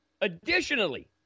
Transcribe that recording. Additionally